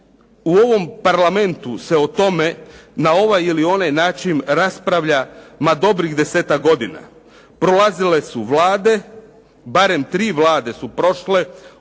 U ovom Parlamentu se o tome, na ovaj ili onaj način raspravlja ma dobrih 10-ak godina, prolazile su Vlade, barem tri Vlade su prošle,